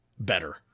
better